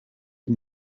can